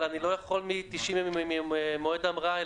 אבל אני לא יכול מ-90 יום ממועד ההמראה,